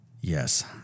Yes